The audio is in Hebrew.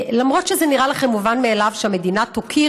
למרות שזה נראה לכם מובן מאליו שהמדינה תוקיר,